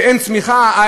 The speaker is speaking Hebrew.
שאין צמיחה,